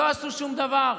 לא עשו שום דבר,